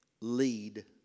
lead